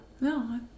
No